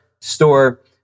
store